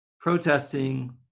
protesting